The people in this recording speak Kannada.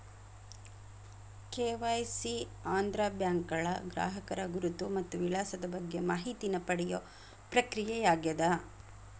ಕೆ.ವಾಯ್.ಸಿ ಅಂದ್ರ ಬ್ಯಾಂಕ್ಗಳ ಗ್ರಾಹಕರ ಗುರುತು ಮತ್ತ ವಿಳಾಸದ ಬಗ್ಗೆ ಮಾಹಿತಿನ ಪಡಿಯೋ ಪ್ರಕ್ರಿಯೆಯಾಗ್ಯದ